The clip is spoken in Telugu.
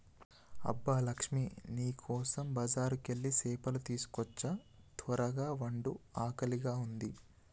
అబ్బ లక్ష్మీ నీ కోసం బజారుకెళ్ళి సేపలు తీసుకోచ్చా త్వరగ వండు ఆకలిగా ఉంది